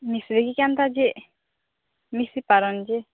ମିଶେଇକି କେନ୍ତା ଯେ ମିଶି ପାରନ୍ତ ଯେ